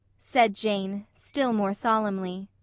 said jane, still more solemnly,